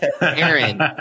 Aaron